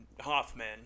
Hoffman –